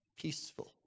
peaceful